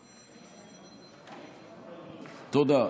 תודה.